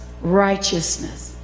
righteousness